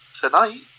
Tonight